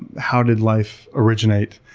how did life originate?